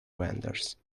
vendors